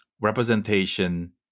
representation